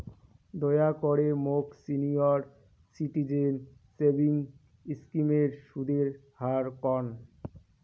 দয়া করে মোক সিনিয়র সিটিজেন সেভিংস স্কিমের সুদের হার কন